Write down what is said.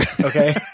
okay